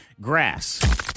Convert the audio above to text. grass